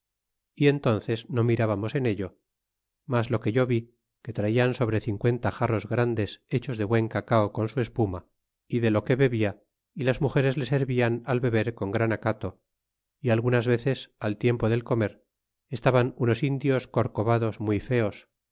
y entónces no mirábamos en ello mas lo que yo vi que traian sobre cincuenta jarros grandes hechos de buen cacao con su espuma y de lo que bebia y las mugeres le servian al beber con gran acato y algunas veces al tiempo del comer estaban unos indios corcobados rnuy feos